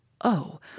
oh